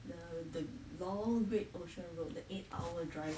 the the long great ocean road the eight hour drive